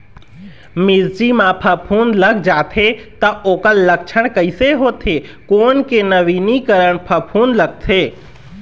मिर्ची मा फफूंद लग जाथे ता ओकर लक्षण कैसे होथे, कोन के नवीनीकरण फफूंद लगथे?